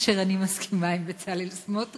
כאשר אני מסכימה עם בצלאל סמוטריץ.